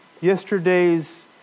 Yesterday's